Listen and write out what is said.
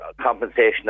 compensation